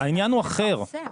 העניין הוא אחר.